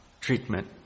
treatment